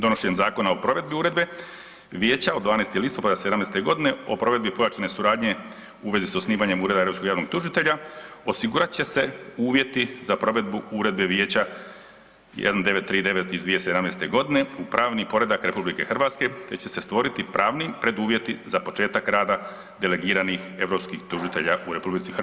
Donošenje zakona o provedbi uredbe Vijeća od 12. listopada 2017. o provedbi pojačane suradnje u vezi s osnivanjem Ureda Europskog javnog tužitelja, osigurat će se u uvjeti za provedbu uredbe Vijeća 1939 iz 2017. g. u pravni poredak RH te će se stvoriti pravni preduvjeti za početak rada delegiranih europskih tužitelja u RH.